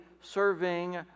serving